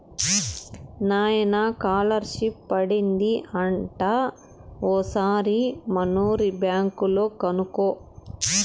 నాయనా కాలర్షిప్ పడింది అంట ఓసారి మనూరి బ్యాంక్ లో కనుకో